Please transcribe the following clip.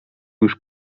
już